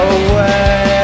away